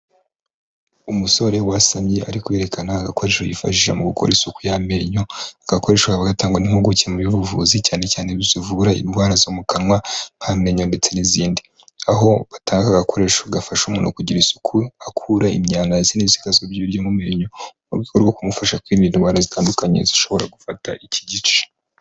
Umusore wasamye arikwerekana agakoresho yifashisha mu gukora isuku y'amenyo agakoresho kaba bagatagwa n'impimpuguke mu by'ubuvuzi cyane cyane zivura indwara zo mu kanwa nk'amenyo ndetse n'izindi, aho batanga aka gakoresho gafasha umuntu kugira isuku akura imyanda n'izindi bisigazwa by'ibiryo mu menyo mu rwego rwo kumufasha kwirinda indwara zitandukanye zishobora gufata iki gice.